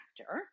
actor